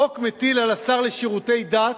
החוק מטיל על השר לשירותי דת,